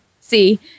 See